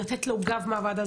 לתת לו גב מהוועדה,